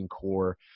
core